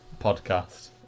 podcast